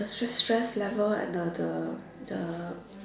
stress stress level and the the the